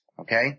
okay